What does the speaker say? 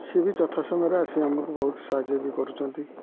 ସିଏ ବି ଯଥା ସମୟରେ ଆସି ଆମକୁ ବହୁତ ସାହାଯ୍ୟ ବି କରୁଛନ୍ତି